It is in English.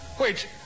Wait